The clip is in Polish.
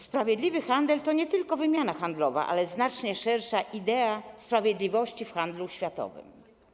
Sprawiedliwy handel to nie tylko wymiana handlowa, ale znacznie szersza idea sprawiedliwości w handlu światowym.